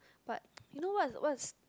but you know what was